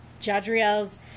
Jadriel's